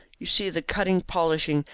you see the cutting, polishing,